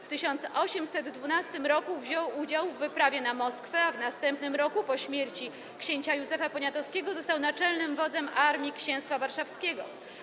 W 1812 r. wziął udział w wyprawie na Moskwę, a w następnym roku, po śmierci ks. Józefa Poniatowskiego, został naczelnym wodzem Armii Księstwa Warszawskiego.